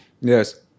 Yes